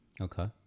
Okay